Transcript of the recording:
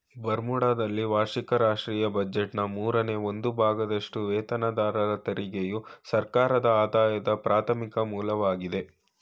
ಬರ್ಮುಡಾದಲ್ಲಿ ವಾರ್ಷಿಕ ರಾಷ್ಟ್ರೀಯ ಬಜೆಟ್ನ ಮೂರನೇ ಒಂದು ಭಾಗದಷ್ಟುವೇತನದಾರರ ತೆರಿಗೆಯು ಸರ್ಕಾರದಆದಾಯದ ಪ್ರಾಥಮಿಕ ಮೂಲವಾಗಿದೆ